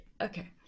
Okay